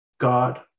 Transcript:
God